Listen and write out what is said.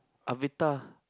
Avita